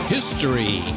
History